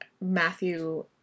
Matthew